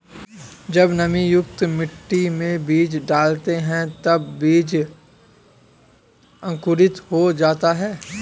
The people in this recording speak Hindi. जब नमीयुक्त मिट्टी में बीज डालते हैं तब बीज अंकुरित हो जाता है